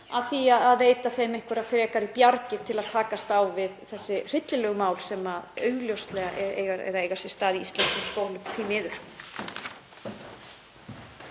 að veita skólunum einhverjar frekari bjargir til að takast á við þessi hryllilegu mál sem augljóslega eiga sér stað í íslenskum skólum, því miður.